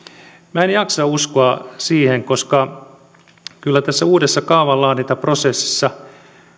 minä en jaksa uskoa siihen koska kyllä tässä uudessa kaavanlaadintaprosessissa